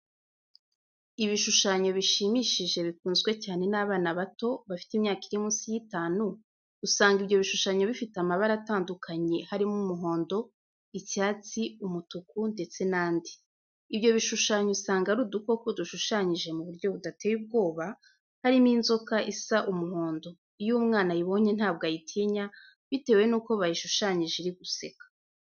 Ibishushanyo bishimishije bikunzwe cyane n'abana bato, bafite imyaka iri munsi y'itanu, usanga ibyo bishushanyo bifite amabara atandukanye harimo umuhondo, icyatsi, umutuku, ndetse n'andi. Ibyo bishushanyo usanga ari udukoko dushushanyije mu buryo budateye ubwoba, harimo inzoka isa umuhondo, iyo umwana ayibonye ntabwo ayitinya bitewe nuko bayishushanyije iri guseka.